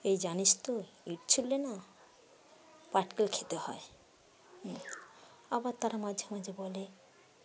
এই জানিস তো ইট ছুললে না পাটকেল খেতে হয় হম আবার তারা মাঝে মাঝে বলে